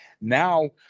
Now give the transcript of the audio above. now